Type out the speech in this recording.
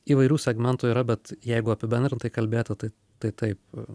įvairių segmentų yra bet jeigu apibendrintai kalbėti tai tai taip